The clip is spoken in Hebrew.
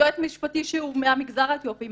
--- יועץ משפטי שהוא מהמגזר האתיופי,